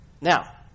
Now